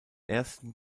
ersten